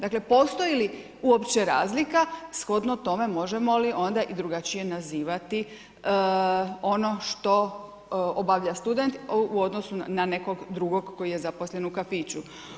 Dakle postoji li uopće razlika, shodno tome možemo li li onda i drugačije nazivati ono što obavlja student u odnosu na nekog drugog koji je zaposlen u kafiću.